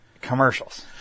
commercials